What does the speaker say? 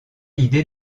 idée